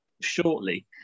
shortly